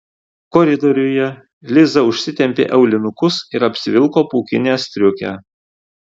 koridoriuje liza užsitempė aulinukus ir apsivilko pūkinę striukę